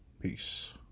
Peace